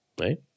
right